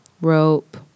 Rope